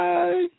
Bye